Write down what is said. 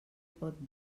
pot